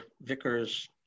Vickers